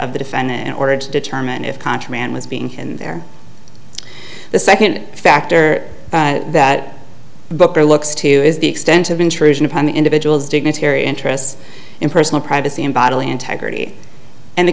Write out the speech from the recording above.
of the defendant in order to determine if contraband was being there the second factor that booker looks to is the extent of intrusion upon the individual's dignitary interests in personal privacy and bodily integrity and the